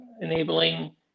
enabling